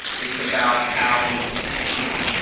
it's about how in the sixty s,